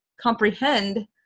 comprehend